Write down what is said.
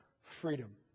freedom